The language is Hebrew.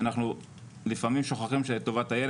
אנחנו לפעמים שוכחים את טובת הילד